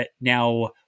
Now